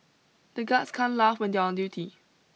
the guards can't laugh when they on duty